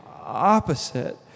opposite